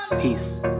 peace